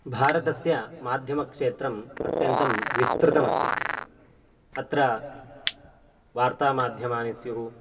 भारतस्य माध्यमक्षेत्रम् अत्यन्तं विस्तृतमस्ति अत्र वार्तामाध्यमानि स्युः